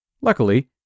Luckily